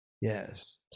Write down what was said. Yes